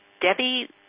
Debbie